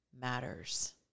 matters